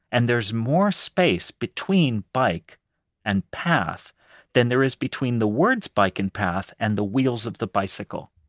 and there's more space between bike and path than there is between the words bike and path and the wheels of the bicycle.